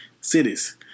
cities